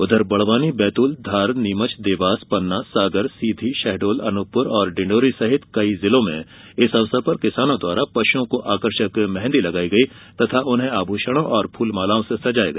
उधर बडवानी बैतूल धार नीमच देवास पन्ना सागरसीधी शहडोल अनूपपुर और डिडौरी सहित कई जिलों में इस अवसर पर किसानों द्वारा पशुओं को आकर्षक मेंहदी लगाई गई तथा उन्हें आभूषणों और फूल मालाओं से सजाया गया